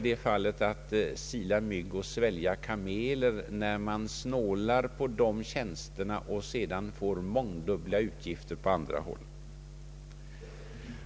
Det är att sila mygg och svälja kameler när man snålar på tjänsterna för studieoch yrkes vägledning och sedan får mångdubbla utgifter på andra håll.